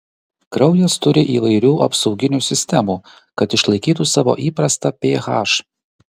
kraujas turi įvairių apsauginių sistemų kad išlaikytų savo įprastą ph